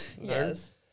Yes